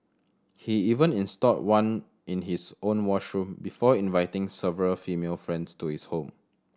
he even installed one in his own washroom before inviting several female friends to his home